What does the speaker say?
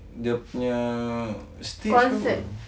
dia punya stage ke apa